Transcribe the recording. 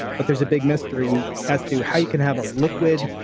but there's a big mystery as to how you can have a liquid,